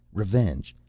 revenge,